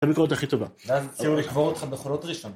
היתה ביקורת הכי טובה. ‫- ואז הציעו לקבור אותך בחולות ראשון